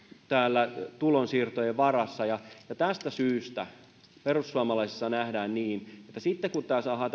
täällä tulonsiirtojen varassa ja ja tästä syystä perussuomalaisissa nähdään niin että sitten kun tämä turvapaikkapolitiikka saadaan